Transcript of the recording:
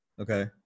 Okay